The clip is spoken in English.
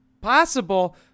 possible